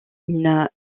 une